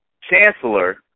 chancellor